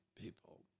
people